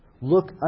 Look